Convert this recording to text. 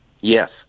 Yes